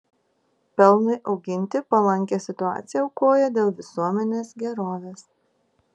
pelnui auginti palankią situaciją aukoja dėl visuomenės gerovės